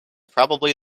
probably